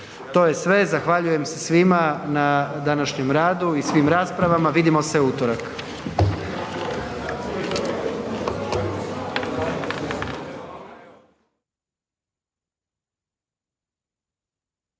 To je sve. Zahvaljujem se svima na današnjem radu i svim raspravama, vidimo se u utorak.